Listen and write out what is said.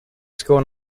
score